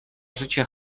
życie